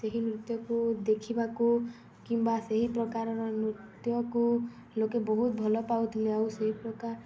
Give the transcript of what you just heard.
ସେହି ନୃତ୍ୟକୁ ଦେଖିବାକୁ କିମ୍ବା ସେହି ପ୍ରକାରର ନୃତ୍ୟକୁ ଲୋକେ ବହୁତ ଭଲପାଉଥିଲେ ଆଉ ସେହି ପ୍ରକାର